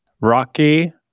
Rocky